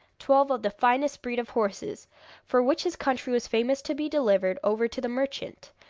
twelve of the finest breed of horses for which his country was famous to be delivered over to the merchant,